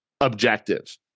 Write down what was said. objective